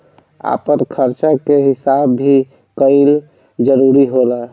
आपन खर्चा के हिसाब भी कईल जरूरी होला